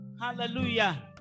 Hallelujah